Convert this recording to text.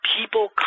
people